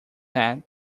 head